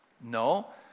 No